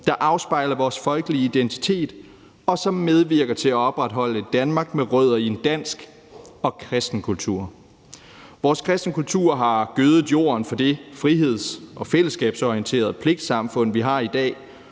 der afspejler vores folkelige identitet, og som medvirker til at opretholde et Danmark med rødder i en dansk og kristen kultur. Vores kristne kultur har gødet jorden for det friheds- og fællesskabsorienterede pligtsamfund, vi har i dag.